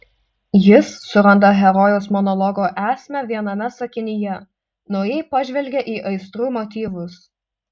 jis suranda herojaus monologo esmę viename sakinyje naujai pažvelgia į aistrų motyvus